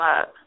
up